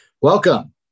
Welcome